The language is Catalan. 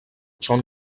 són